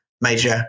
major